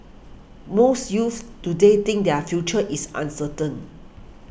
most youths today think their future is uncertain